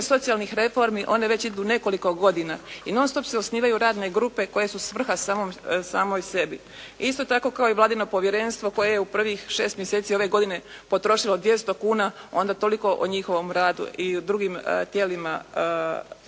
socijalnih reformi one već idu nekoliko godina i non stop se osnivaju radne grupe koje su svrha samoj sebi. Isto tako kao i vladino povjerenstvo koje je u prvih 6 mjeseci ove godine potrošilo 200 kuna, onda toliko o njihovom radu i o drugim tijelima